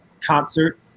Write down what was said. concert